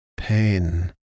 Pain